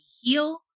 heal